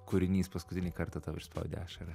kūrinys paskutinį kartą tau išspaudė ašarą